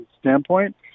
standpoint